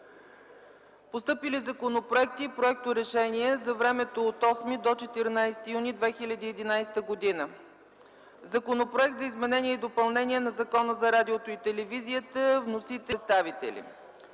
Постъпили законопроекти и проекторешения за времето от 8 до 14 юни 2011 г.: Законопроект за изменение и допълнение на Закона за радиото и телевизията. Вносители: